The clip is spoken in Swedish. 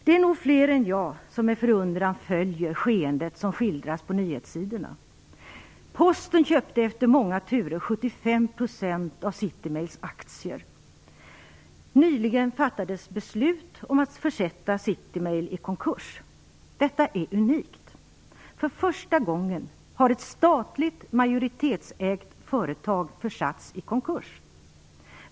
Det är nog fler än jag som med förundran följer det skeende som skildras på nyhetssidorna. Posten köpte efter många turer 75 % av Citymails aktier. Nyligen fattades beslutet om att försätta Citymail i konkurs. Detta är unikt. För första gången har ett statligt majoritetsägt företag försatts i konkurs.